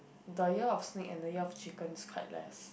the year of snake and the year of chicken is quite less